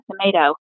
tomato